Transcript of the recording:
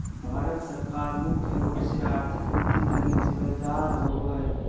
भारत सरकार मुख्य रूप से आर्थिक नीति लगी जिम्मेदर होबो हइ